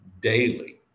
daily